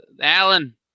alan